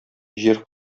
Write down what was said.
җир